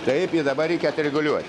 taip i dabar reikia atreguliuot